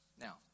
Now